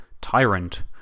tyrant